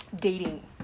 Dating